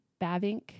Bavink